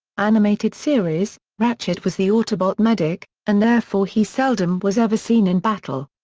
animated series ratchet was the autobot medic, and therefore he seldom was ever seen in battle.